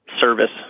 service